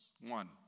one